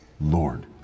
Lord